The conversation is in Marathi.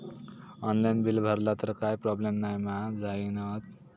ऑनलाइन बिल भरला तर काय प्रोब्लेम नाय मा जाईनत?